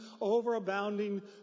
overabounding